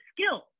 skills